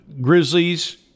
Grizzlies